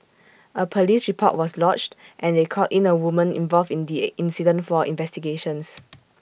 A Police report was lodged and they called in A woman involved in the incident for investigations